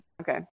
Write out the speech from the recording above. Okay